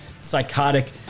psychotic